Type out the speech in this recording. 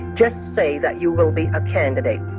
just say that you will be a candidate